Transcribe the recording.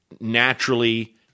naturally